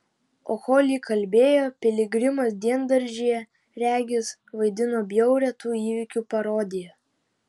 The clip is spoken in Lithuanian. o kol ji kalbėjo piligrimas diendaržyje regis vaidino bjaurią tų įvykių parodiją